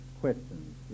questions